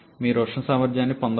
మీ ఉష్ణ సామర్థ్యాన్ని పొందవచ్చు